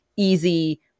easy